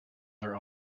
their